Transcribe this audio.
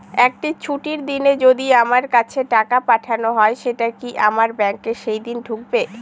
একটি ছুটির দিনে যদি আমার কাছে টাকা পাঠানো হয় সেটা কি আমার ব্যাংকে সেইদিন ঢুকবে?